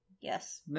Yes